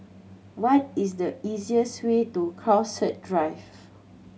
what is the easiest way to Crowhurst Drive